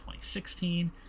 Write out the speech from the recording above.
2016